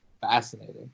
fascinating